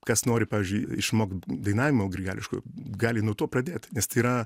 kas nori pavyzdžiui išmokt dainavimo grigališkojo gali nuo to pradėt nes tai yra